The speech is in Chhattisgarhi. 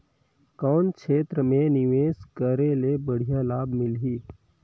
कौन क्षेत्र मे निवेश करे ले बढ़िया लाभ मिलही?